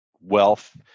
wealth